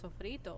sofrito